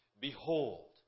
Behold